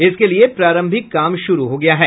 इसके लिए प्रारंभिक काम शुरू हो गया है